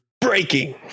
Breaking